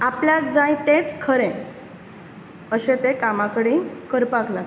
आपल्याक जाय तेंच खरें अशें ते कामां कडेन करपाक लागलें